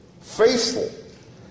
faithful